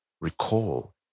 recall